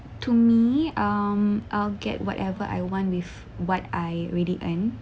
to me um I'll get whatever I want with what I already earn